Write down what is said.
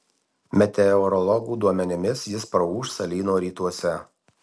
meteorologų duomenimis jis praūš salyno rytuose